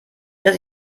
dass